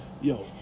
yo